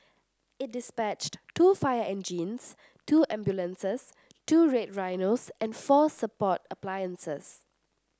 it dispatched two fire engines two ambulances two Red Rhinos and four support appliances